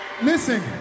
Listen